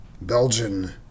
Belgian